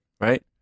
right